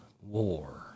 war